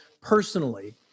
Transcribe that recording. personally